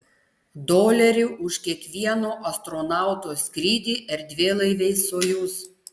dolerių už kiekvieno astronauto skrydį erdvėlaiviais sojuz